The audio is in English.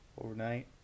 overnight